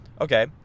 Okay